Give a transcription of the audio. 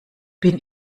bin